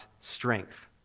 strength